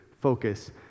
focus